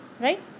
right